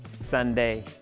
Sunday